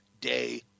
day